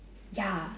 ya